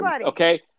okay